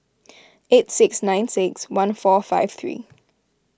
eight six nine six one four five three